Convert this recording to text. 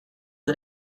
the